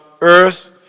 earth